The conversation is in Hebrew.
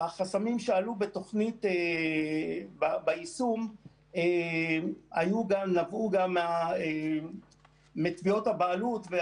החסמים שעלו ביישום נבעו גם מתביעות הבעלות.